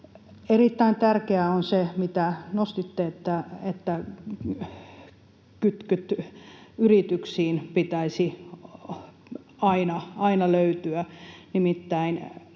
Erittäin tärkeää on se, minkä nostitte, että kytkyt yrityksiin pitäisi aina löytyä,